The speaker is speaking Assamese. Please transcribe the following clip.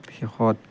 শেষত